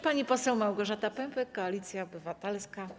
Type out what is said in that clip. Pani poseł Małgorzata Pępek, Koalicja Obywatelska.